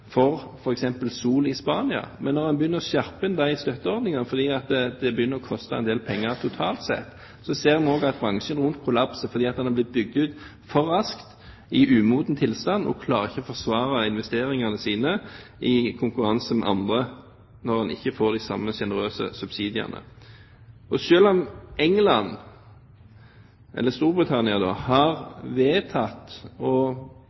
det gjelder sol i Spania, men når man begynner å skjerpe inn de støtteordningene fordi det begynner å koste en del penger totalt sett, ser vi også at bransjen rundt kollapser fordi den er blitt bygd ut for raskt i umoden tilstand og ikke klarer å forsvare investeringene sine i konkurranse med andre når man ikke får de samme sjenerøse subsidiene. Selv om Storbritannia har vedtatt å studere Doggerbank og gitt oppdrag til bl.a. Statoil og Statkraft om